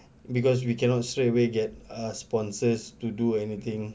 because we cannot straightaway get uh sponsors to do anything